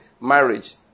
marriage